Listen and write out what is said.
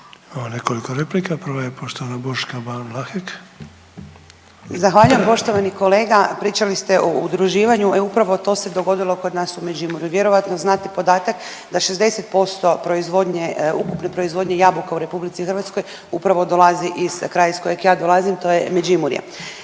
Imamo nekoliko replika, prva je poštovana Boška Ban Vlahek. **Ban, Boška (SDP)** Zahvaljujem. Poštovani kolega, pričali ste o udruživanju, e upravo to se dogodilo kod nas u Međimurju. Vjerojatno znate podatak da 60% proizvodnje, ukupne proizvodnje jabuka u RH upravo dolazi iz kraja iz kojeg ja dolazim, to je Međimurje.